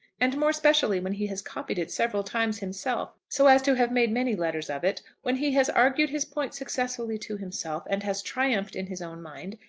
and more specially when he has copied it several times himself so as to have made many letters of it when he has argued his point successfully to himself, and has triumphed in his own mind,